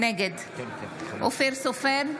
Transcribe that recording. נגד אופיר סופר,